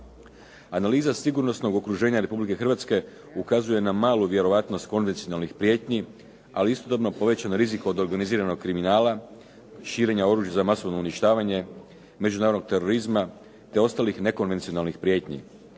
Analiza sigurnosnog okruženja Republike Hrvatske ukazuje na malu vjerojatnost konvencionalnog prijetnji ali istodobno povećane rizike od organiziranog kriminala, širenja oružja za masovno uništavanje međunarodnog terorizma te ostalih nekonvencionalnih prijetnji.